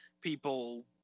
people